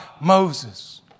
Moses